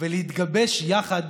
ולהתגבש יחד